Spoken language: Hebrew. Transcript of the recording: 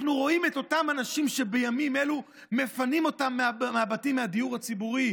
אנחנו רואים את אותם אנשים שבימים אלו מפנים אותם מהבתים בדיור הציבורי.